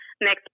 next